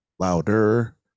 Louder